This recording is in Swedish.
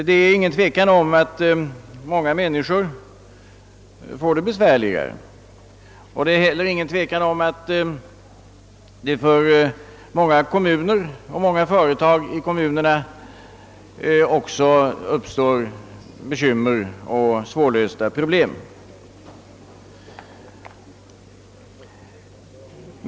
Det är ingen tvekan om att många människor får det besvärligare, och det är heller ingen tvekan om att det för många kommuner och för många företag i kommunerna uppstår bekymmer och svårlösta problem.